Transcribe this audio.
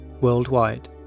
worldwide